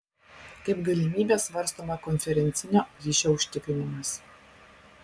kaip galimybė svarstoma konferencinio ryšio užtikrinimas